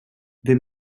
there